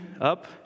up